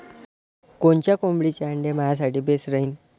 कोनच्या कोंबडीचं आंडे मायासाठी बेस राहीन?